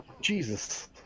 Jesus